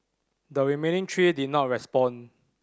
the remaining three did not respond